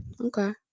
Okay